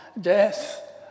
death